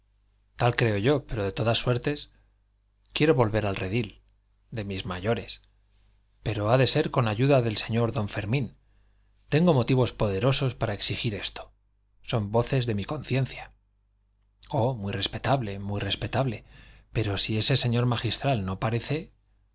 tal creo yo pero de todas suertes quiero volver al redil de mis mayores pero ha de ser con ayuda del señor don fermín tengo motivos poderosos para exigir esto son voces de mi conciencia oh muy respetable muy respetable pero si ese señor magistral no parece